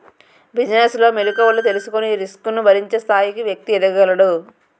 business లో మెలుకువలు తెలుసుకొని రిస్క్ ను భరించే స్థాయికి వ్యక్తి ఎదగగలడు